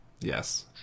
Yes